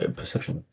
perception